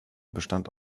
bestand